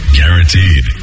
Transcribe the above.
guaranteed